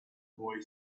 boy